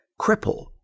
cripple